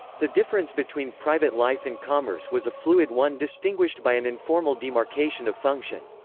the difference between private life and commerce was a fluid one distinguished by an informal demarcation of function.